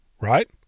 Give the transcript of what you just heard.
right